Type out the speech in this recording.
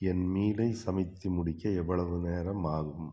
என் மீலை சமைத்து முடிக்க எவ்வளவு நேரம் ஆகும்